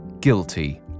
guilty